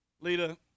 Lita